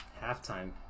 Halftime